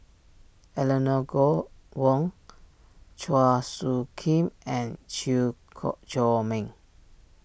Eleanor go Wong Chua Soo Khim and Chew Chor Meng